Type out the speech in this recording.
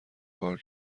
کار